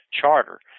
Charter